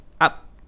up